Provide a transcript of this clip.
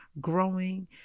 growing